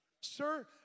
Sir